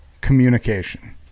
communication